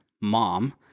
mom